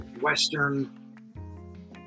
Western